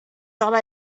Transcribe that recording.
thought